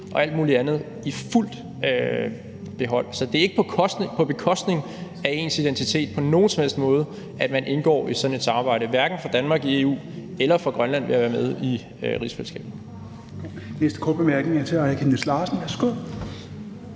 og alt muligt andet i fuldt behold. Så det er ikke på bekostning af ens identitet på nogen som helst måde, at man indgår i sådan et samarbejde, hverken for Danmark i EU eller for Grønland ved at være med i rigsfællesskabet.